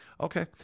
Okay